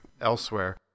Elsewhere